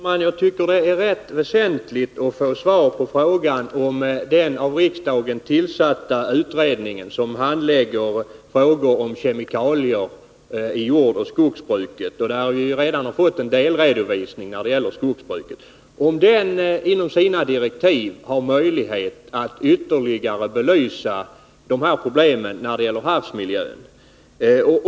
Herr talman! Jag tycker det är rätt väsentligt att få svar på frågan, om den av riksdagen tillsatta utredningen, som handlägger frågor om kemikalier i jordoch skogsbruk — vi har redan fått en delredovisning när det gäller skogsbruket —, enligt sina direktiv har möjlighet att belysa problemen också när det gäller havsmiljön.